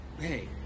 Hey